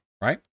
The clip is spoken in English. right